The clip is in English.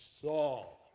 Saul